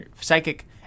Psychic